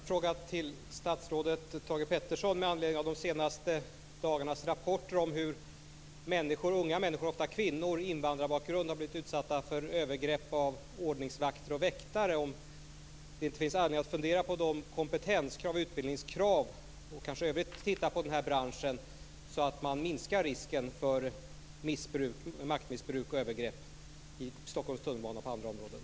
Herr talman! Jag har en fråga till statsrådet Thage G Peterson med anledning av de senaste dagarnas rapporter om hur unga människor, ofta kvinnor med invandrarbakgrund, har blivit utsatta för övergrepp av ordningsvakter och väktare. Jag undrar om det inte finns anledning att fundera över kompetenskraven och utbildningskraven samt att kanske i övrigt titta närmare på den här branschen; detta för att minska risken för maktmissbruk och övergrepp i Stockholms tunnelbana och på andra områden.